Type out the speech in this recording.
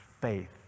faith